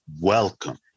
welcome